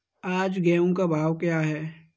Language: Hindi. आज गेहूँ का भाव क्या है?